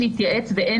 אין